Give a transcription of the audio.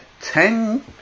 ten